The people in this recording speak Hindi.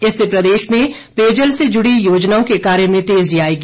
इससे प्रदेश में पेयजल से जुड़ी योजनाओं के कार्य में तेजी आएगी